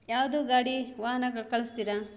ಯಾವುದೇ ಗಾಡಿ ವಾಹನಗಳು ಕಳಿಸ್ತೀರ